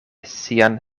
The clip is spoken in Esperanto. sian